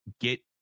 get